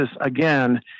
again